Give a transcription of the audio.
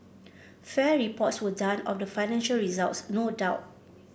fair reports were done of the financial results no doubt